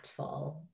impactful